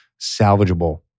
salvageable